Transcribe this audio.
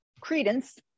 credence